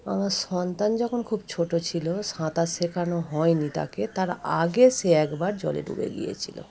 আমার সন্তান যখন খুব ছোট ছিল সাঁতার শেখানো হয়নি তাকে তার আগে সে একবার জলে ডুবে গিয়েছিল